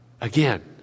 again